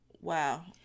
Wow